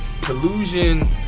collusion